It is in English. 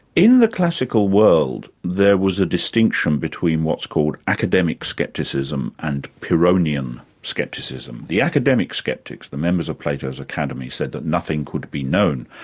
in the classical world, there was a distinction between what's called academic scepticism and pironian scepticism. the academic sceptics, the members of plato's academy said that nothing could be known.